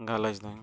ᱜᱟᱞᱚᱪ ᱫᱚᱧ